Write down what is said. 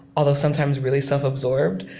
although sometimes really self-absorbed,